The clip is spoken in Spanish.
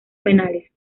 penales